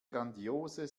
grandiose